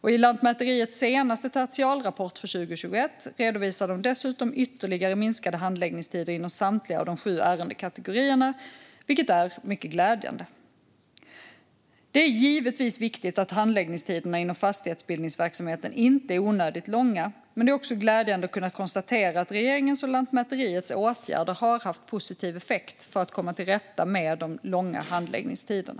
I Lantmäteriets senaste tertialrapport för 2021 redovisar de dessutom ytterligare minskade handläggningstider inom samtliga av de sju ärendekategorierna, vilket är mycket glädjande. Det är givetvis viktigt att handläggningstiderna inom fastighetsbildningsverksamheten inte är onödigt långa, men det är också glädjande att kunna konstatera att regeringens och Lantmäteriets åtgärder har haft positiv effekt för att komma till rätta med de långa handläggningstiderna.